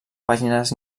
pàgines